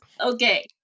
okay